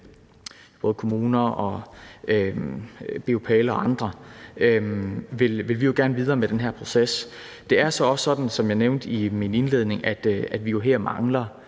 både kommuner, BUPL og andre, vil vi jo gerne videre med den her proces. Det er så også sådan, som jeg nævnte i min indledning, at vi jo her mangler